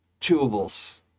chewables